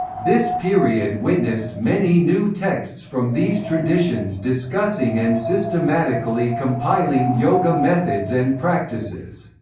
this period witnessed many new texts from these traditions discussing and systematically compiling yoga methods and practices.